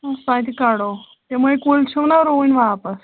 سۄ تہِ کَڑو تِمَے کُلۍ چھِو نا رُوٕنۍ واپَس